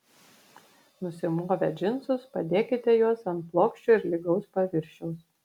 nusimovę džinsus padėkite juos ant plokščio ir lygaus paviršiaus